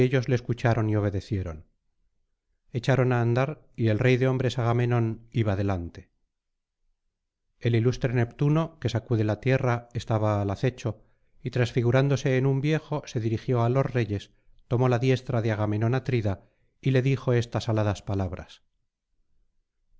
le escucharon y obedecieron echaron á andar y el rey de hombres agamenón iba delante el ilustre neptuno que sacude la tierra estaba al acecho y transfigurándose en un viejo se dirigió á los reyes tomó la diestra de agamenón atrida y le dijo estas aladas palabras